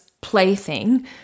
plaything